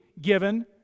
given